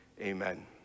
Amen